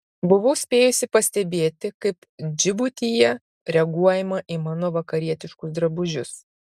buvau spėjusi pastebėti kaip džibutyje reaguojama į mano vakarietiškus drabužius